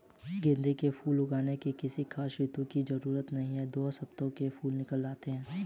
गेंदे के फूल उगाने में किसी खास ऋतू की जरूरत नहीं और दो हफ्तों में फूल निकल आते हैं